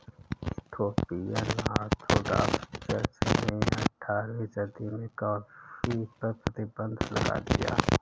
Ethiopian Orthodox church ने अठारहवीं सदी में कॉफ़ी पर प्रतिबन्ध लगा दिया